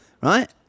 right